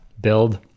build